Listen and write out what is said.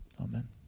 Amen